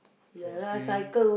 I swim